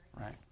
right